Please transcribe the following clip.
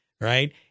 right